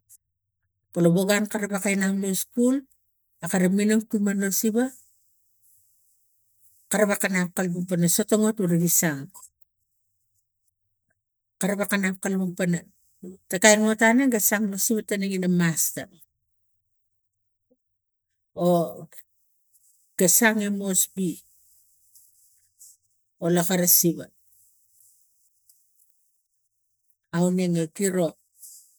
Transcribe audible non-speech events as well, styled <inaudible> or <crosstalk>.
nang inap ina o wo lo gun kare kaina na me skul akari minang tuman a siva karava kanak kalapang sotongot urege san karava kanak pana ta kain wota eneng ga song la siva tane e eneng ina masta <hesitation> ga sang lo mosbe lo lakara siva aunenge kiro